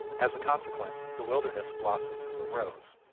as a consequence, the wilderness blossoms as a rose.